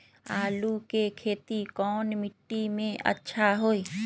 आलु के खेती कौन मिट्टी में अच्छा होइ?